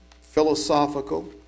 philosophical